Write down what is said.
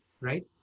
right